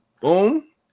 boom